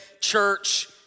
church